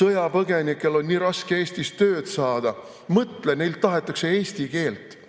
sõjapõgenikel on nii raske Eestis tööd saada. Mõtle, neilt tahetakse eesti keelt!